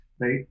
right